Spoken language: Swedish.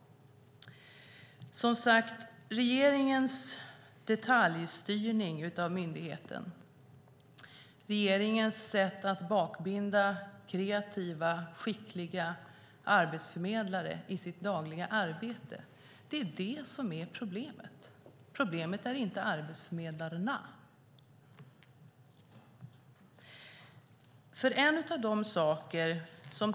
Regeringens detaljstyrning av myndigheten och sätt att bakbinda kreativa, skickliga arbetsförmedlare i deras dagliga arbete är problemet. Problemet är inte arbetsförmedlarna.